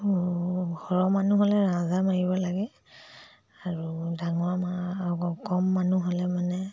সৰহ মানুহ হ'লে ৰাজহাঁহ মাৰিব লাগে আৰু ডাঙৰ কম মানুহ হ'লে মানে